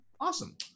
Awesome